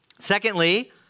Secondly